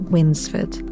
Winsford